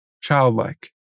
childlike